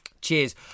Cheers